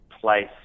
place